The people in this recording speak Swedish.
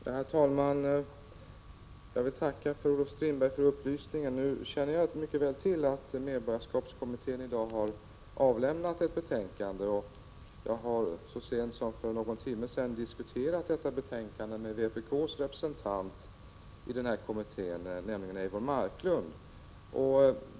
Herr talman! Jag vill tacka Per-Olof Strindberg för upplysningen. Jag kände dock mycket väl till att medborgarskapskommittén i dag har avlämnat ett betänkande. Så sent som för någon timme sedan har jag diskuterat detta betänkande med vpk:s representant i kommittén, Eivor Marklund.